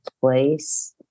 place